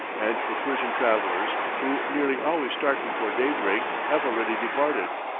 and the persian travellers, who nearly always start before daybreak, have already departed.